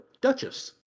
Duchess